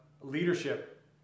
leadership